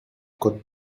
kot